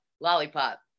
lollipop